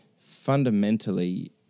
fundamentally